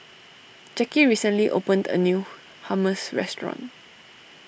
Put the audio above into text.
Jackie recently opened a new Hummus restaurant